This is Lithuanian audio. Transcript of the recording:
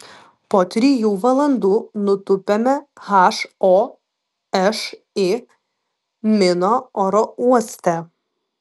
po trijų valandų nutupiame ho ši mino oro uoste